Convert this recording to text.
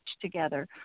together